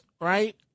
right